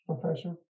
professor